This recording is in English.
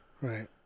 Right